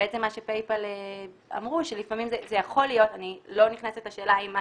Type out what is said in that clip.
PayPal אמרו ואני לא נכנסת לשאלה אם מה